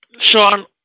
Sean